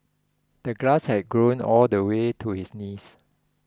the glass had grown all the way to his knees